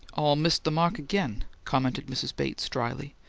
all missed the mark again, commented mrs. bates dryly.